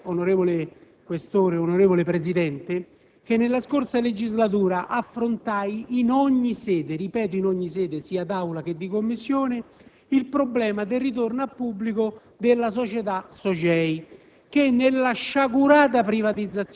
A tale riguardo, vorrei ricordare, onorevole Questore, onorevole Presidente, che nella scorsa legislatura affrontai in ogni sede - lo sottolineo - sia in Aula sia in Commissione, il problema del ritorno al pubblico della società SOGEI